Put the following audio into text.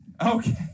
okay